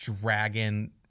dragon